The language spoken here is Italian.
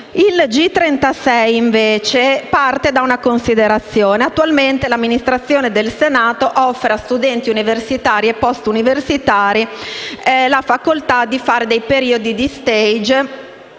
G36 invece parte da una considerazione. Attualmente, l'Amministrazione del Senato offre a studenti universitari e postuniversitari la facoltà di fare dei periodi di *stage*